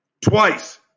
Twice